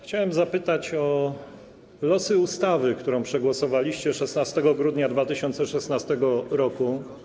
Chciałem zapytać o losy ustawy, którą przegłosowaliście 16 grudnia 2016 r.